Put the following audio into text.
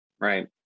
right